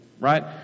right